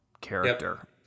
character